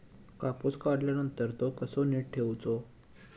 कापूस काढल्यानंतर तो कसो नीट ठेवूचो?